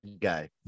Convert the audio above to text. guy